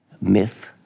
myth